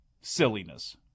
Silliness